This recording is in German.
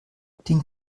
den